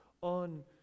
on